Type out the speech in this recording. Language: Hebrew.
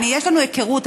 יש לנו היכרות,